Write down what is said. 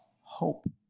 hope